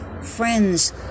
friends